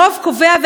הרוב קובע,